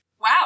Wow